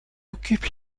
occupe